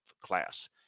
class